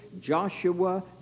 Joshua